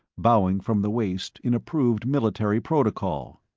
bowing from the waist in approved military protocol.